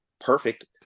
perfect